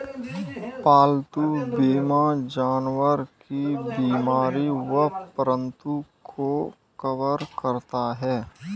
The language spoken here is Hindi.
पालतू बीमा जानवर की बीमारी व मृत्यु को कवर करता है